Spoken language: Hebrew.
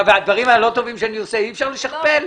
ואת הדברים הלא טובים שאני עושה, אי אפשר לשכפל?